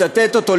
מצטט אותו,